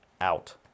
out